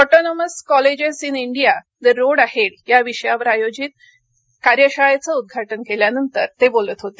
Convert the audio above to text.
autonomous colleges in India the road ahead या विषयावर आयोजित कार्यशाळेचं उद्घाटन केल्यानंतर ते बोलत होते